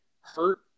hurt